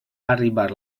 arribar